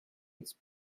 its